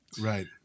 Right